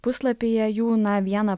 puslapyje jų na vieną